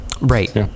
Right